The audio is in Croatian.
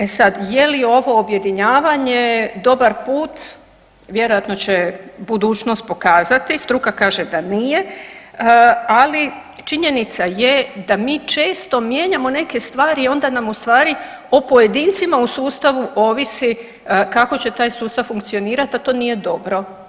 E sad, je li ovo objedinjavanje dobar put, vjerojatno će budućnost pokazati, struka kaže da nije, ali činjenica je da mi često mijenjamo neke stvari i onda nam ustvari o pojedincima u sustavu ovisi kako će taj sustav funkcionirati, a to nije dobro.